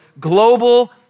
global